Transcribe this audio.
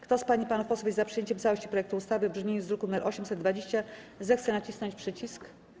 Kto z pań i panów posłów jest za przyjęciem w całości projektu ustawy w brzmieniu z druku nr 820, zechce nacisnąć przycisk.